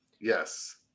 Yes